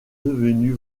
devenu